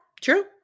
true